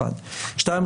שניים,